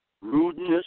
rudeness